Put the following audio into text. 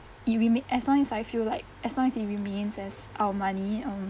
it remain as long as I feel like as long as it remains as our money um